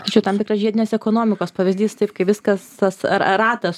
tačiau tam tikros žiedinės ekonomikos pavyzdys taip kai viskas tas ra ratas